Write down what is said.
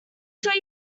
sure